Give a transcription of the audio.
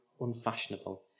unfashionable